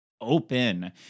open